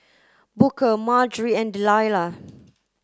Booker Margery and Delilah